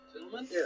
Gentlemen